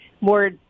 more